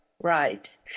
Right